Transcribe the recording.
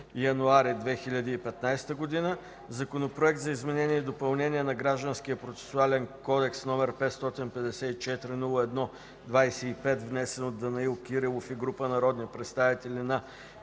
21.01.2015 г.; Законопроект за изменение и допълнение на Гражданския процесуален кодекс, № 554-01-25, внесен от Данаил Димитров Кирилов и група народни представители на